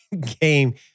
game